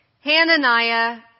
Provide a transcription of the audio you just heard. Hananiah